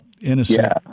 innocent